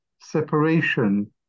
separation